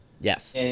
Yes